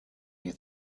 near